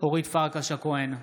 אורית פרקש הכהן,